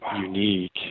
unique